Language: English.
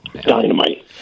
Dynamite